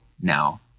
now